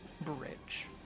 bridge